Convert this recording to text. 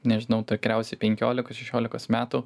nežinau tikriausiai penkiolikos šešiolikos metų